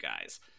guys